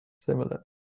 similar